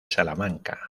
salamanca